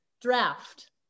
draft